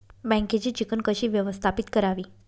बँकेची चिकण कशी व्यवस्थापित करावी?